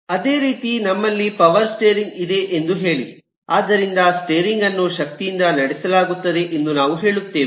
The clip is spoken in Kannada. ಅದೇ ರೀತಿ ನಮ್ಮಲ್ಲಿ ಪವರ್ ಸ್ಟೀರಿಂಗ್ ಇದೆ ಎಂದು ಹೇಳಿ ಆದ್ದರಿಂದ ಸ್ಟೀರಿಂಗ್ ಅನ್ನು ಶಕ್ತಿಯಿಂದ ನಡೆಸಲಾಗುತ್ತದೆ ಎಂದು ನಾವು ಹೇಳುತ್ತೇವೆ